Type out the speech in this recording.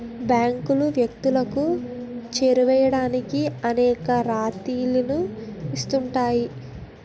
బ్యాంకులు వ్యక్తులకు చేరువవడానికి అనేక రాయితీలు ఇస్తుంటాయి